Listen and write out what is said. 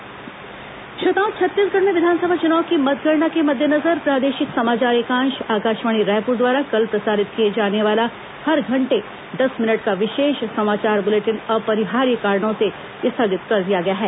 समाचार बुलेटिन समय परिवर्तन श्रोताओं छत्तीसगढ़ में विधानसभा चुनाव की मतगणना के मद्देनजर प्रादेशिक समाचार एकांश आकाशवाणी रायपुर द्वारा कल हर घंटे प्रसारित किए जाने वाला दस मिनट का विशेष समाचार बुलेटिन अपरिहार्य कारणों से स्थगित कर दिया गया है